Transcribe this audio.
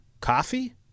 coffee